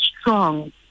strong